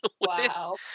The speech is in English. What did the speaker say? wow